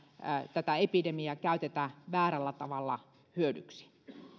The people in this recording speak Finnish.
tätä epidemiaa käytetä väärällä tavalla hyödyksi